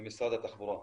ממשרד התחבורה.